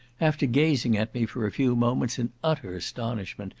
after gazing at me for a few moments in utter astonishment,